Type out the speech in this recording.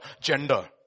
gender